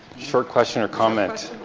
short question or comment?